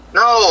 no